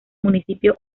municipio